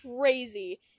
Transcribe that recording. crazy